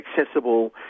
accessible